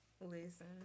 Listen